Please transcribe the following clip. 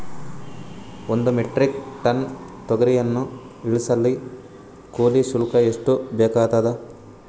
ಒಂದು metric tonne ತೊಗರಿಯನ್ನು ಇಳಿಸಲು ಕೂಲಿ ಶುಲ್ಕ ಎಷ್ಟು ಬೇಕಾಗತದಾ?